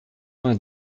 vingt